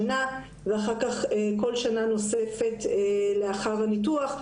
שנה ואחר כך כל שנה נוספת לאחר הניתוח.